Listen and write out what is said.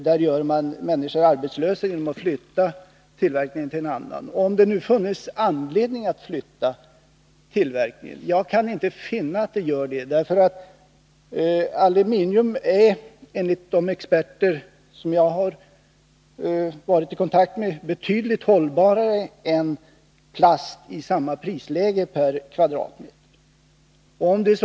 Jag kan inte finna att det finns anledning att flytta tillverkningen. Enligt de experter som jag har varit i kontakt med är aluminium betydligt hållbarare än plast, räknat på produkter i samma prisläge per kvadratmeter.